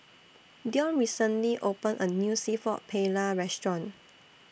Deon recently opened A New Seafood Paella Restaurant